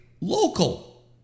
local